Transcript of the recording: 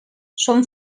són